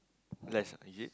rice ah is it